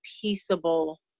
peaceable